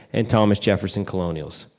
and thomas jefferson colonials.